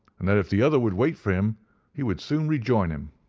and that if the other would wait for him he would soon rejoin him.